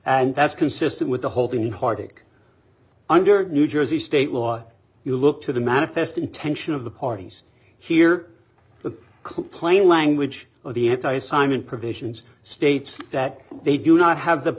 and that's consistent with the holding harvick under new jersey state law you look to the manifest intention of the parties here but complain language of the anti simon provisions states that they do not have the